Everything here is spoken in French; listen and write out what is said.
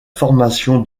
formation